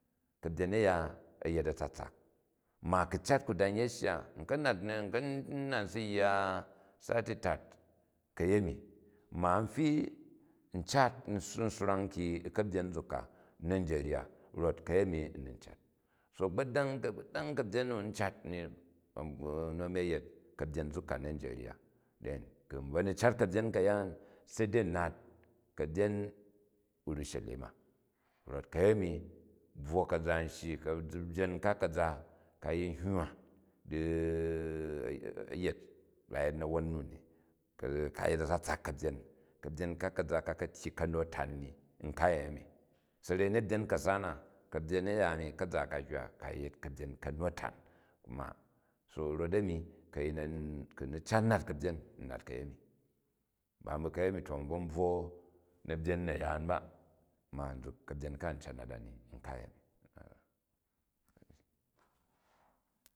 Kabyen a̱ya, a̱ yet atsatsak. Nja ku̱ cat ku da yet shya, n ka nat n si yya sali tat kayeni, ma n ti, n cat n swrang ki u ka̱byen nzuk ka nijerya rot kajemi n ni cat. To a̱gbodang ka̱byen nu n cat ni nu a̱mi a̱yet ka̱byen nzuk ka nijerya. Then ku u bvo ni cat ka̱byen ka̱yaan de dei n nat ka̱byen urushelima, rot ka̱yenu bvwo ka̱za n shyi, ka̱byen ka ka̱za ka yiii hywa di a̱yet, bai yet na̱won nu ni. Ka̱yet a̱tsatsak ka̱byen, ka̱byen ka kaza, ka ka̱ tyyi ka̱nu-atan ni kayeni sa̱rei u na̱byen ka̱sa na, ka̱byen a̱ya ani ka̱za ka hywa di ka yet ka̱biyen kanu-atan noa. Kot ami ku̱ u ni cat nat ka̱byen n nat kayemi bain bu ka̱yemi to n bvo bvwo na̱byen na̱yaan ba ma nzuk ka̱byen ka n cat n nat a ni kayemi